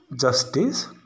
justice